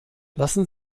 lassen